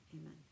amen